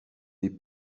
des